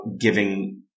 giving